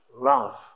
love